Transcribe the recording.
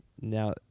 Now